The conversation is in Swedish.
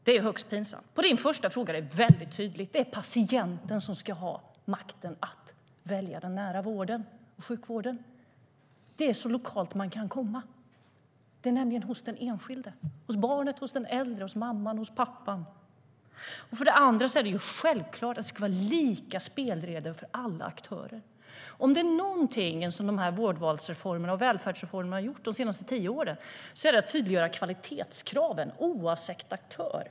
Det är högst pinsamt. För det andra är det självklart att det ska vara lika spelregler för alla aktörer. Om det är något som de senaste årens vårdvals och välfärdsreformer har gjort är det att tydliggöra kvalitetskraven oavsett aktör.